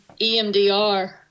EMDR